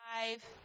five